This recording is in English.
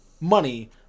money